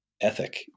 ethic